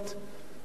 אקטואליות,